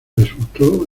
resultó